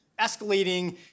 escalating